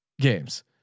games